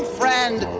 friend